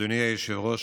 אדוני היושב-ראש,